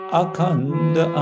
akanda